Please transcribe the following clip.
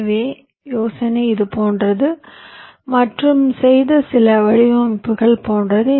எனவே யோசனை இது போன்றது மற்றும் செய்த சில வடிவமைப்புகள் போன்றது